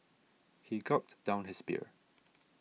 he gulped down his beer